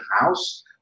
house